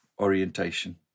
orientation